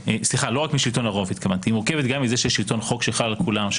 שלטון חוק שחל על כולם,